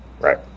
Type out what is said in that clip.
Right